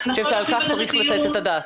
אבל אני חושבת שעל כך צריך לתת את הדעת.